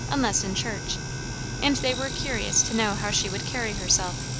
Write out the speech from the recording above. unless in church and they were curious to know how she would carry herself,